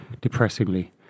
depressingly